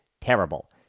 terrible